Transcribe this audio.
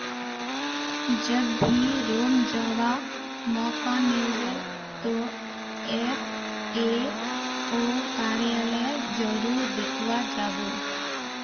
जब भी रोम जावा मौका मिलबे तो एफ ए ओ कार्यालय जरूर देखवा जा बो